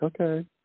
okay